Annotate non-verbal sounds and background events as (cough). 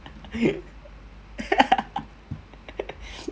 (laughs)